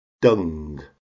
dung